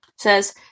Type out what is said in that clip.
says